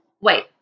Wait